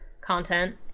content